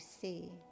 see